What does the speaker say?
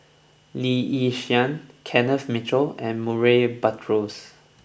Lee Yi Shyan Kenneth Mitchell and Murray Buttrose